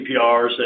CPRs